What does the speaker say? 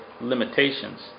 limitations